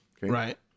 right